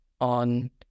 on